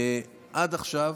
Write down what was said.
עד עכשיו